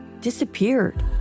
disappeared